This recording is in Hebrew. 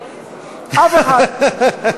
אף אחד.